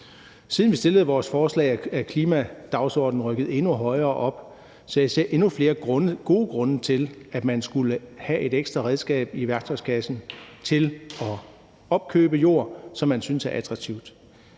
Siden vi stillede vores forslag, er klimadagsordenen rykket endnu højere op, så jeg ser endnu flere gode grunde til, at man skulle have et ekstra redskab i værktøjskassen til at opkøbe jord, som man synes er attraktivt.